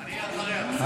אני אחריה, בסדר?